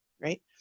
Right